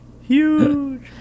Huge